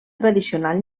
tradicional